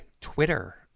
Twitter